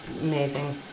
Amazing